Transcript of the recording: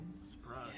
surprise